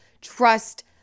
trust